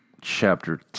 chapter